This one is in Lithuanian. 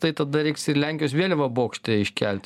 tai tada reiks ir lenkijos vėliavą bokšte iškelti